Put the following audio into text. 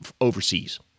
overseas